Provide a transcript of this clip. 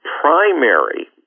primary